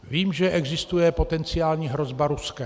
Vím, že existuje potenciální hrozba Ruskem.